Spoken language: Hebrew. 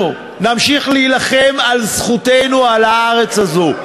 אנחנו נמשיך להילחם על זכותנו על הארץ הזו.